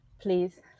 please